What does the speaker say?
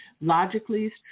logically